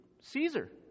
Caesar